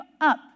up